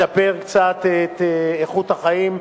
לשפר קצת את איכות החיים.